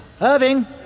Irving